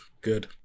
Good